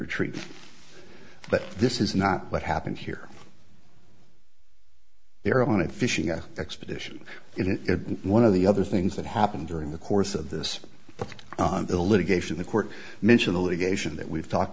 er treat but this is not what happened here they're on a fishing expedition it one of the other things that happened during the course of this the litigation the court mention the litigation that we've talked